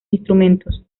instrumentos